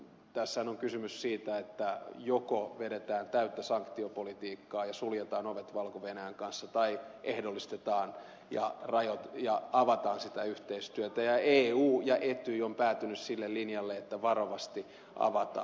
tässähän on kysymys siitä että joko vedetään täyttä sanktiopolitiikkaa ja suljetaan ovet valko venäjän kanssa tai ehdollistetaan ja avataan sitä yhteistyötä ja eu ja etyj ovat päätyneet sille linjalle että varovasti avataan